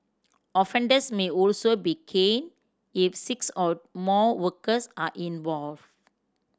offenders may also be caned if six or more workers are involved